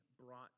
brought